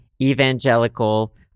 evangelical